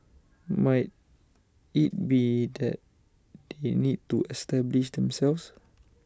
might IT be that they need to establish themselves